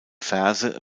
verse